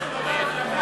מה זה?